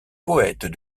poètes